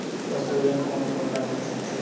पशु ऋण कोन कोन ल मिल सकथे?